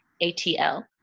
A-T-L